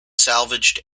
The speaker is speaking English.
salvaged